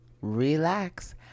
relax